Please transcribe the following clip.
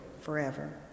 forever